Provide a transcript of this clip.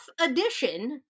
Edition